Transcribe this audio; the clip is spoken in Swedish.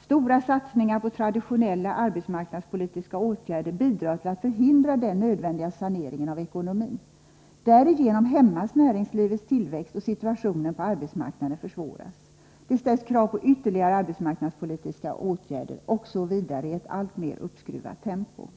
Stora satsningar på traditionella arbetsmarknadspolitiska åtgärder bidrar till att förhindra den nödvändiga saneringen av ekonomin. Därigenom hämmas näringslivets tillväxt, och situationen på arbetsmarknaden förvärras. Det ställs krav på ytterligare arbetsmarknadspolitiska åtgärder osv. i ett alltmer uppskruvat tempo.